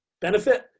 Benefit